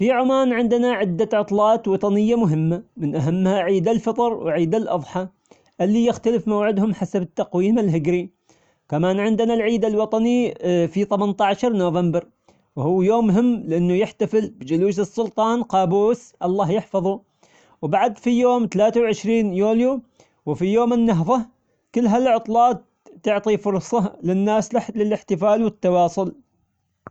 في عمان عندنا عدة عطلات وطنية مهمة من أهمها عيد الفطر وعيد الأضحى اللي يختلف موعدهم حسب التقويم الهجري، كمان عندنا العيد الوطني في ثمانية عشر نوفمبر وهو يوم مهم لأنه يحتفل بجلوس السلطان قابوس الله يحفظه، وبعد في يوم ثلاثة وعشرين يوليو وفي يوم النهضة كل هالعطلات تعطي فرصة للناس لح- للإحتفال والتواصل.